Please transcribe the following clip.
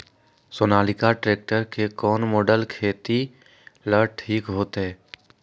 Sonalika tractor के कौन model खेती ला ठीक होतै?